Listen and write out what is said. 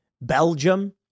Belgium